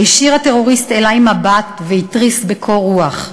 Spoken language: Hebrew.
הישיר הטרוריסט אלי מבט והתריס בקור רוח: